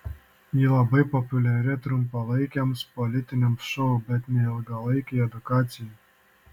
ji labai populiari trumpalaikiams politiniams šou bet ne ilgalaikei edukacijai